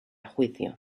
juicio